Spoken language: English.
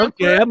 Okay